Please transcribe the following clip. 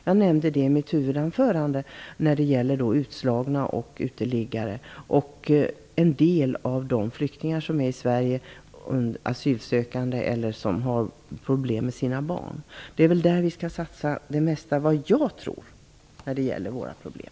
Jag nämnde i mitt huvudanförande utslagna, uteliggare och en del av de flyktingar som finns i Sverige, asylsökande och sådana som har problem med sina barn. Enligt min uppfattning är det där som vi skall satsa mest för att komma till rätta med våra problem.